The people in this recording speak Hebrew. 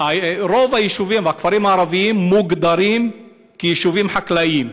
רוב היישובים והכפרים הערביים מוגדרים יישובים חקלאיים.